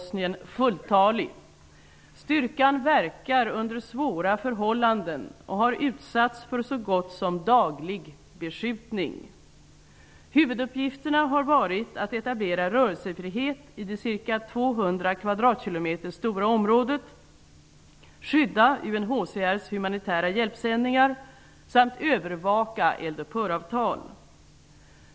Styrkan verkar under svåra förhållanden och har utsatts för så gott som daglig beskjutning. Huvuduppgifterna har varit att etablera rörelsefrihet i det ca 200 kvadratkilometer stora området, skydda UNHCR:s humanitära hjälpsändningar samt övervaka eldupphöravtal.